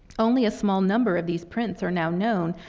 only a small number of these prints are now known,